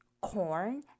corn